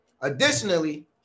Additionally